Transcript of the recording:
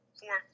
four